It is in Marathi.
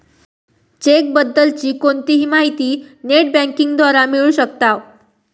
चेक बद्दल ची कोणतीही माहिती नेट बँकिंग द्वारा मिळू शकताव